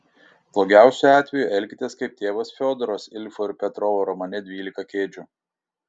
blogiausiu atveju elkitės kaip tėvas fiodoras ilfo ir petrovo romane dvylika kėdžių